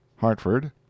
Hartford